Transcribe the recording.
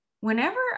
whenever